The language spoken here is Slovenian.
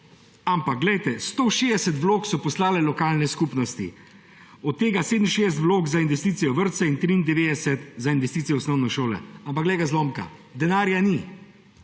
Ampak glejte, 160 vlog so poslale lokalne skupnosti. Od tega 67 vlog za investicije v vrtce in 93 za investicije v osnovne šole. Ampak, glej ga zlomka! Denarja ni